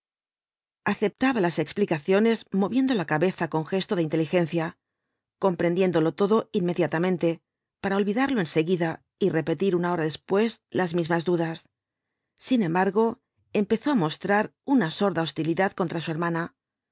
aceptaba las explicaciones moviendo la cabeza con gesto de inteligencia comprendiéndolo todo inmediatamente para olvidarlo en seguida y repetir una hora después las mismas dudas sin embargo empezó á mostrar una sorda hostilidad contra su hermana